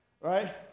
right